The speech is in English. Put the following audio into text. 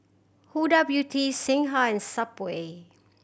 Huda Beauty Singha and Subway